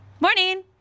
Morning